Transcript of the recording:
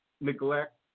neglect